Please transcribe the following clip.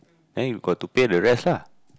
then you got to pay the rest lah